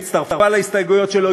שהצטרפה להסתייגויות שלו,